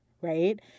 right